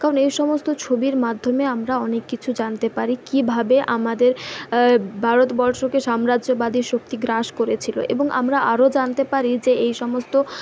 কারণ এ সমস্ত ছবির মাধ্যমে আমরা অনেক কিছু জানতে পারি কীভাবে আমাদের ভারতবর্ষকে সাম্রাজ্যবাদী শক্তি গ্রাস করেছিলো এবং আমরা আরও জানতে পারি যে এই সমস্ত